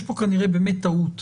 יש פה כנראה באמת טעות,